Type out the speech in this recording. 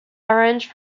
arranged